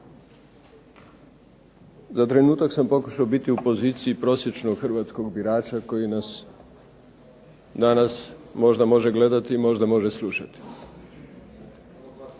za trenutak sam pokušao biti u poziciji prosječnog hrvatskog birača koji nas danas možda može gledati, možda može slušati.